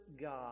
God